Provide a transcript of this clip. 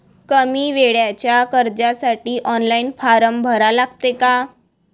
कमी वेळेच्या कर्जासाठी ऑनलाईन फारम भरा लागते का?